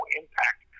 impact